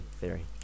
theory